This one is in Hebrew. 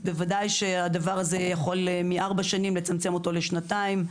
בוודאי שהדבר הזה יכול מארבע שנים לצמצם אותו לשנתיים.